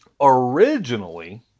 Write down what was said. originally